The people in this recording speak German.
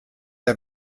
der